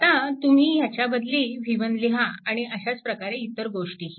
आता तुम्ही ह्याच्या बदली v1 लिहा आणि अशाच प्रकारे इतर गोष्टीही